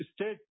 state